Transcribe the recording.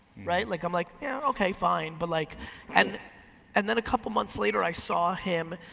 right, like i'm like yeah okay fine. but like and and then a couple months later i saw him,